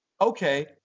Okay